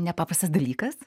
nepaprastas dalykas